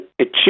achieve